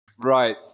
right